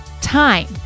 Time